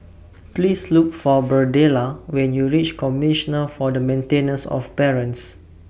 Please Look For Birdella when YOU REACH Commissioner For The Maintenance of Parents